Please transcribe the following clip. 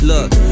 look